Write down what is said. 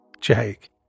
jake